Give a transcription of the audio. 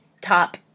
top